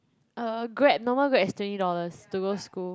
uh grab normal grab is twenty dollars to go school